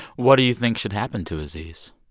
what do you think should happen to aziz?